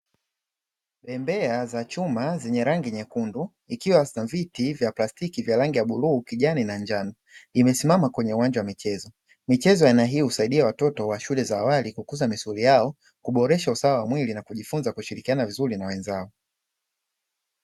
Bembea za chuma zenye rangi nyekundu, ikiwa viti vya plastiki vya rangi ya: bluu, kijani na njano; imesimama kwenye uwanja wa michezo. Michezo ya aina hii husaidia watoto wa shule za awali kukuza misuli yao, kuboresha usawa wa mwili na kujifunza kushirikiana vizuri na wenzao.